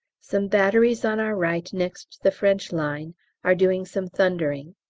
some batteries on our right next the french lines are doing some thundering,